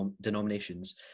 denominations